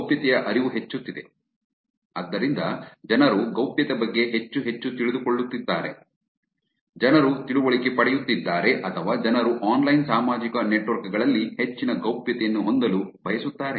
ಗೌಪ್ಯತೆಯ ಅರಿವು ಹೆಚ್ಚುತ್ತಿದೆ ಆದ್ದರಿಂದ ಜನರು ಗೌಪ್ಯತೆಯ ಬಗ್ಗೆ ಹೆಚ್ಚು ಹೆಚ್ಚು ತಿಳಿದುಕೊಳ್ಳುತ್ತಿದ್ದಾರೆ ಜನರು ತಿಳುವಳಿಕೆ ಪಡೆಯುತ್ತಿದ್ದಾರೆ ಅಥವಾ ಜನರು ಆನ್ಲೈನ್ ಸಾಮಾಜಿಕ ನೆಟ್ವರ್ಕ್ ಗಳಲ್ಲಿ ಹೆಚ್ಚಿನ ಗೌಪ್ಯತೆಯನ್ನು ಹೊಂದಲು ಬಯಸುತ್ತಾರೆ